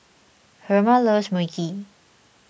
Herma loves Mui Kee